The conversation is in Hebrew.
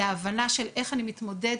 להבנה של איך אני מתמודד,